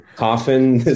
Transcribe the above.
coffin